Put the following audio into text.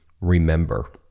Remember